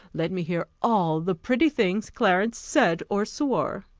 let me hear all the pretty things clarence said or swore.